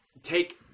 Take